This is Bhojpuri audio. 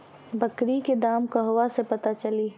बकरी के दाम कहवा से पता चली?